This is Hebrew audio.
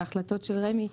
וההחלטות של רמ"י,